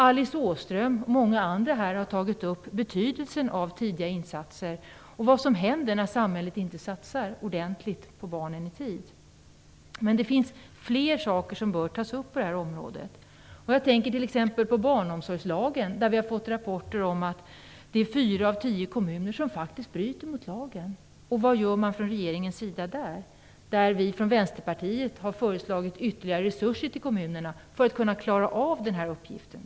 Alice Åström och många andra har tagit upp betydelsen av tidiga insatser och vad som händer när samhället inte satsar ordentligt på barnen i tid. Men det finns fler saker som bör tas upp på det här området. Jag tänker t.ex. på barnomsorgslagen. Vi har fått rapporter om att fyra av tio kommuner faktiskt bryter mot lagen. Vad gör man från regeringens sida i det hänseendet? Vi från Vänsterpartiet har föreslagit ytterligare resurser till kommunerna för att de skall kunna klara av den här uppgiften.